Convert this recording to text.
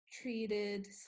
treated